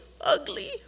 ugly